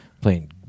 playing